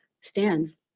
stands